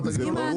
מה, תגיד לו לא?